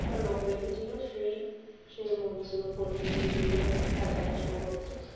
একটা লোক রেখেছিলো সেই সেই মুরগিগুলো পোলট্রি মুরগি যেগুলো হয় তার দেখাশুনো করতো